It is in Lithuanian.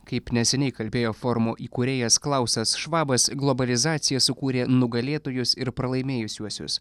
kaip neseniai kalbėjo forumo įkūrėjas klausas švabas globalizacija sukūrė nugalėtojus ir pralaimėjusiuosius